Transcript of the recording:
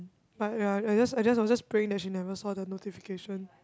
but ya I just I just was just praying that she never saw the notification